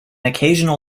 occasional